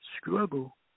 struggle